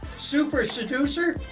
super seducer?